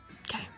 Okay